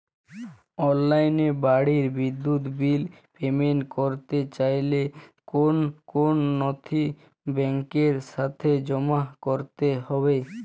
অনলাইনে বাড়ির বিদ্যুৎ বিল পেমেন্ট করতে চাইলে কোন কোন নথি ব্যাংকের কাছে জমা করতে হবে?